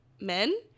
men